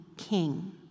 king